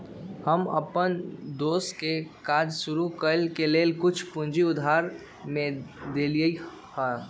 हम अप्पन दोस के काज शुरू करए के लेल कुछ पूजी उधार में देलियइ हन